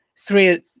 three